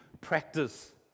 practice